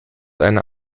einer